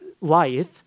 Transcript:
life